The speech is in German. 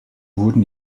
wurden